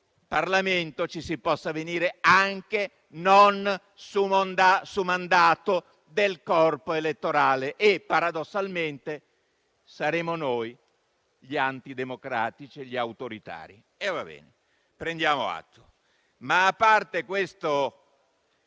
Parlamento ci si possa venire anche non su mandato del corpo elettorale. Eppure, paradossalmente, saremmo noi gli antidemocratici e gli autoritari. Va bene, ne prendiamo atto. A parte questo